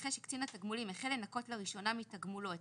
נכה שקצין תגמולים החל לנכות לראשונה מתגמולו את